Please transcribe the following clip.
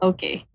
Okay